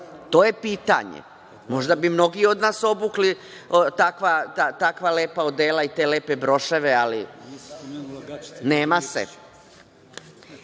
To je pitanje. Možda bi mnogi od nas obukli takva lepa odela i te lepe broševe, ali nema se. Da